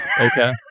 Okay